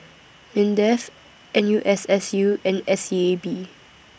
Mindef N U S S U and S E A B